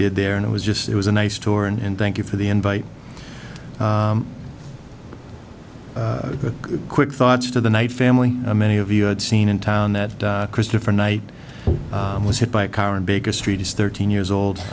did there and it was just it was a nice tour and thank you for the invite a quick thoughts to the night family many of you had seen in town that christopher knight was hit by a car and baker street is thirteen years old